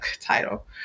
title